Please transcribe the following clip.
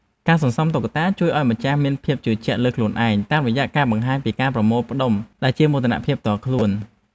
ការសន្សំតុក្កតាជួយឱ្យម្ចាស់មានភាពជឿជាក់លើខ្លួនឯង តាមរយៈការបង្ហាញពីការប្រមូលផ្ដុំដែលជាមោទនភាពផ្ទាល់ខ្លួន។